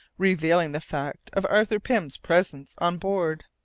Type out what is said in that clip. revealing the fact of arthur pym's presence on board.